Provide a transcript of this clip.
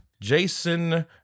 Jason